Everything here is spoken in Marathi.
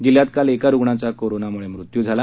जिल्ह्यात काल एका रुग्णाचा कोरोनामुळे मृत्यू झाला